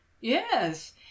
yes